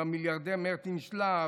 עם המיליארדר מרטין שלאף,